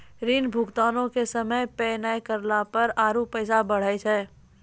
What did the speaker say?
ऋण भुगतानो के समय पे नै करला से आरु पैसा बढ़लो जाय छै